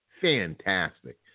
fantastic